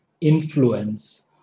influence